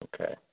Okay